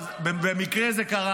במקרה זה קרה,